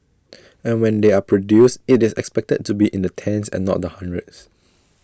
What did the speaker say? and when they are produced IT is expected to be in the tens and not the hundreds